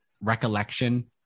recollection